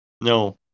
No